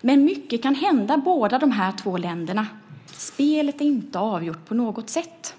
Men mycket kan hända båda de här två länderna. Spelet är inte avgjort på något sätt.